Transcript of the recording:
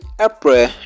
april